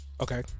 Okay